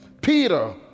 Peter